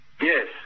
Yes